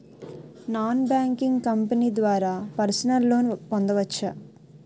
Non banking company ద్వారా personal loan పొందవచ్చా?